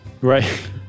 Right